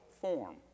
form